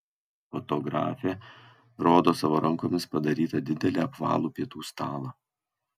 fotografė rodo savo rankomis padarytą didelį apvalų pietų stalą